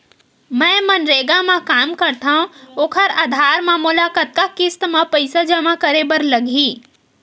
मैं मनरेगा म काम करथव, ओखर आधार म मोला कतना किस्त म पईसा जमा करे बर लगही?